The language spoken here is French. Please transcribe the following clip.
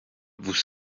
vous